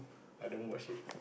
I don't watch it